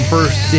First